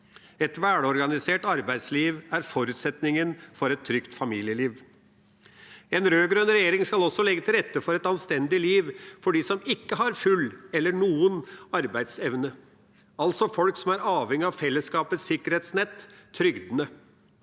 Et velorganisert arbeidsliv er forutsetningen for et trygt familieliv. Den rød-grønne regjeringa skal også legge til rette for et anstendig liv for dem som ikke har full eller noen arbeidsevne, altså folk som er avhengig av fellesskapets sikkerhetsnett, trygdene.